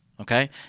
Okay